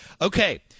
Okay